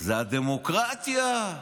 זאת הדמוקרטיה.